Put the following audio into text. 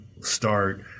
start